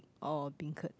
or beancurd